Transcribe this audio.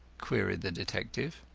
queried the detective.